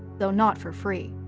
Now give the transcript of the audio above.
though not for free.